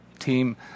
team